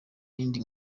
yindi